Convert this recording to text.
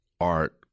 art